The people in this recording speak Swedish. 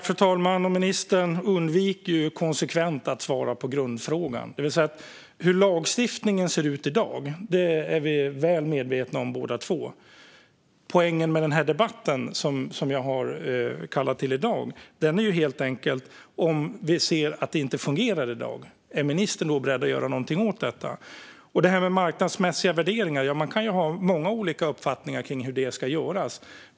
Fru talman! Ministern undviker konsekvent att svara på grundfrågan. Hur lagstiftningen ser ut i dag är vi båda två väl medvetna om. Poängen med denna debatt som jag har kallat till i dag är: Om vi nu ser att det inte fungerar, är ministern beredd att göra något åt detta? Vad gäller marknadsmässiga värderingar kan man ha många olika uppfattningar om hur sådana ska göras.